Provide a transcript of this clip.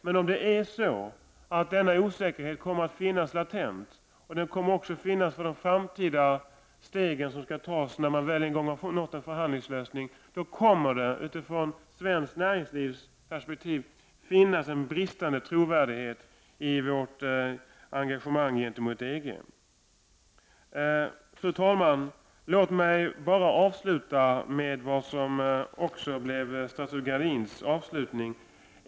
Men om det är så att denna osäkerhet kommer att finnas latent och även kommer att finnas för de framtida steg som skall tas när man väl en gång har nått en förhandlingslösning kommer det ur svenskt näringslivs perspektiv att finnas en bristande trovärdighet i vårt engagemang i förhållande till EG. Fru talman! Låt mig bara avsluta med vad som också blev statsrådet Gradins avslutning.